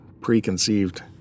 Preconceived